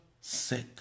sick